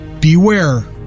beware